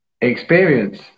experience